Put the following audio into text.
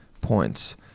points